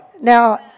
Now